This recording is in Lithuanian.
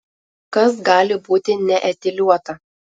kas gali būti neetiliuota